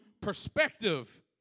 perspective